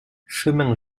chemin